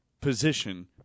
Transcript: position